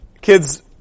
Kids